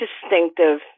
distinctive